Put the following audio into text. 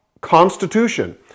constitution